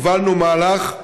הובלנו מהלך.